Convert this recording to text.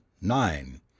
Nine